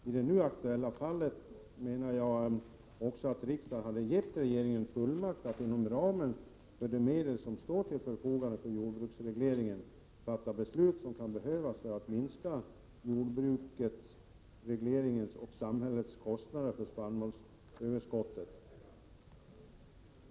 I det nu aktuella fallet menar jag också att riksdagen hade gett regeringen fullmakt att inom ramen för de medel som står till förfogande för jordbruksregleringen fatta de beslut som kan behövas för att minska jordbrukarnas, regleringens och samhällets kostnader för spannmålsöverskottet.